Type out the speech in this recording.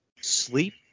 sleep